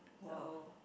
so